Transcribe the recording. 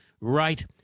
right